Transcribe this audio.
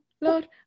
Lord